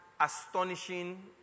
astonishing